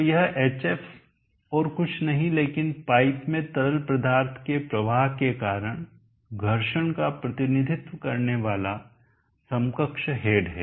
तो यह hf और कुछ नहीं है लेकिन पाइप में तरल पदार्थ के प्रवाह के कारण घर्षण का प्रतिनिधित्व करने वाला समकक्ष हेड है